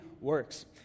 works